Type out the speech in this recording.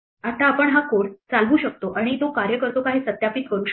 आता आपण हा कोड चालवू शकतो आणि तो कार्य करतो हे सत्यापित करू शकतो